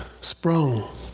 sprung